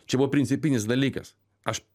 čia buvo principinis dalykas aš